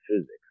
physics